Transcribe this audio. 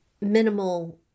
Minimal